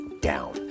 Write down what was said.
down